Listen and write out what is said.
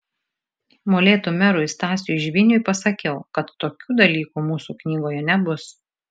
molėtų merui stasiui žviniui pasakiau kad tokių dalykų mūsų knygoje nebus